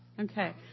Okay